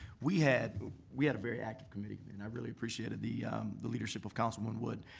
we had we had a very active committee. and i really appreciated the the leadership of councilwoman wood.